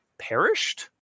Perished